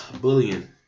bullying